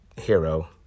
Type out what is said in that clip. hero